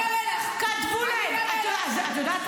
אני אראה לך, אני אראה לך.